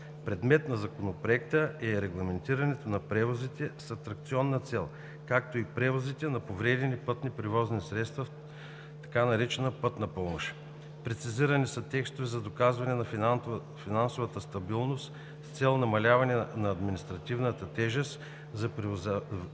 Предмет на Законопроекта е и регламентирането на превозите с атракционна цел, както и превозите на повредени пътни превозни средства, така наречена Пътна помощ. Прецизирани са текстовете за доказване на финансова стабилност с цел намаляване на административната тежест за превозвачите,